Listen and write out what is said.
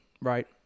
right